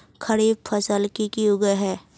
खरीफ फसल की की उगैहे?